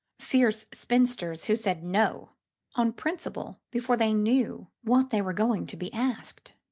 fierce spinsters who said no on principle before they knew what they were going to be asked.